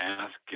ask